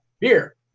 Beer